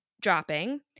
dropping